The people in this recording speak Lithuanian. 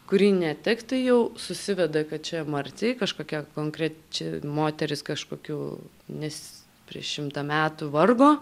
kuri ne tik tai jau susiveda kad čia marti kažkokia konkreči moteris kažkokių nes prieš šimtą metų vargo